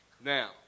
Now